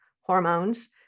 hormones